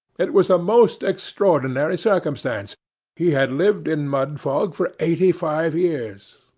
it was a most extraordinary circumstance he had lived in mudfog for eighty-five years.